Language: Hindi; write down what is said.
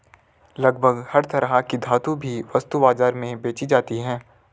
लगभग हर तरह की धातु भी वस्तु बाजार में बेंची जाती है